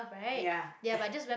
ya